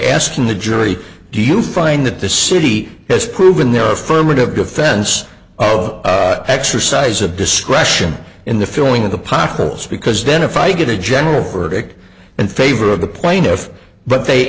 asking the jury do you find that the city has proven their affirmative defense of exercise of discretion in the filling of the potholes because then if i get a general verdict in favor of the plaintiff but they